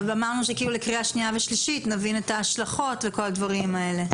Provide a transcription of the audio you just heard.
אמרנו שבקריאה שנייה ושלישית נבין את ההשלכות וכל הדברים האלה.